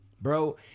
bro